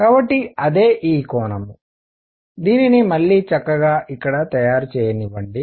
కాబట్టి అదే ఈ కోణం దీనిని మళ్ళీ చక్కగా ఇక్కడ తయారు చేయనివ్వండి